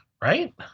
Right